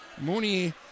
Mooney